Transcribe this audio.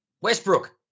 Westbrook